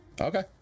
okay